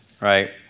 right